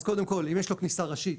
אז קודם כל אם יש לו כניסה ראשית,